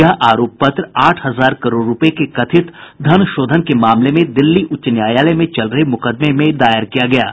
यह आरोप पत्र आठ हजार करोड़ रूपये के कथित धनशोधन के मामले में दिल्ली उच्च न्यायालय में चल रहे मुकदमे में दायर किया गया है